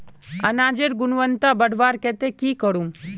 अनाजेर गुणवत्ता बढ़वार केते की करूम?